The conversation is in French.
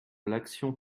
l’action